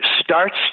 starts